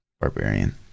barbarian